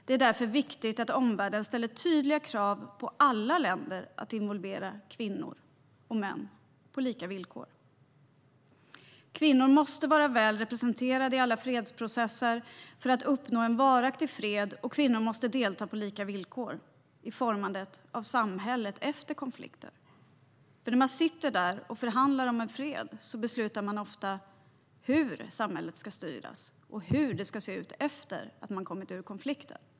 Det är därför viktigt att omvärlden ställer tydliga krav på alla länder att involvera både kvinnor och män på lika villkor. Kvinnor måste vara väl representerade i alla fredsprocesser för att uppnå en varaktig fred, och kvinnor måste delta på lika villkor i formandet av samhället efter konflikter. När man sitter där och förhandlar om fred beslutar man ofta hur samhället ska styras och hur det ska se ut efter att man har kommit ur konflikten.